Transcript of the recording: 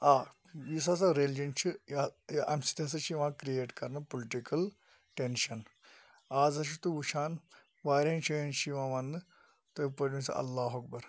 آ یُس ہَسا ریٚلجَن چھُ امہِ سۭتۍ ہَسا چھِ یَِوان کریٹ کَرنہٕ پُلٹِکَل ٹیٚنٛشَن آز حظ چھِو تُہۍ وٕچھان واریہَن جایَن چھُ یِوان وَننہٕ تُہۍ پٔرِو سہَ اللہ اَکبَر